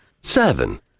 Seven